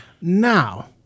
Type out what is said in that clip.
Now